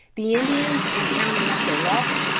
the indians in counting up their loss,